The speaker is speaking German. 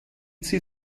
sie